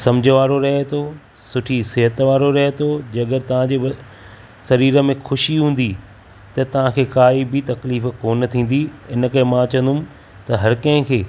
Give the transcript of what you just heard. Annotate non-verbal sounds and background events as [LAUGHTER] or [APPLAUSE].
समुझ वारो रहे थो सुठी सिहत वारो रहे थो [UNINTELLIGIBLE] जेकड॒हिं तव्हांजे शरीर में खु़शी हूंदी त तव्हांखे काई बि तकलीफ़ कोन थींदी इन खे मां चवंदुमि त हर किंहिं खे